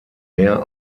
meer